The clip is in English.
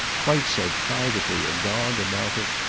quite so privately agog, about it,